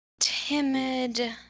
Timid